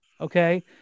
Okay